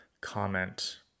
comment